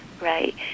Right